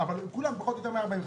וכל האחרות הציגו מחיר של 145 שקלים.